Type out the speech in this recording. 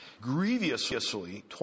grievously